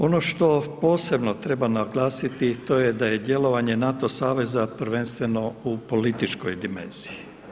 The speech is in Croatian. Ono što posebno treba naglasiti to je da je djelovanje NATO saveza prvenstveno u političkoj dimenziji.